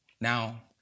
Now